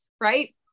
Right